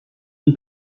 die